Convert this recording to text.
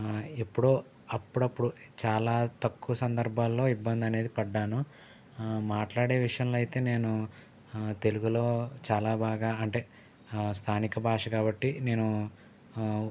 ఎప్పుడో అప్పుడప్పుడు చాలా తక్కువ సందర్భాల్లో ఇబ్బందనేది పడ్డాను మాట్లాడే విషయంలో అయితే నేను తెలుగులో చాలా బాగా అంటే స్థానిక భాష కాబట్టి నేను